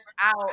out